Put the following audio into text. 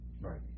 Right